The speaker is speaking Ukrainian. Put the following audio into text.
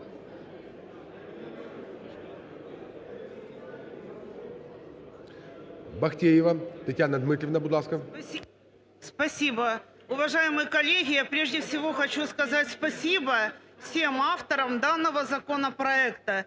Бахтеєва Тетяна Дмитрівна, будь ласка.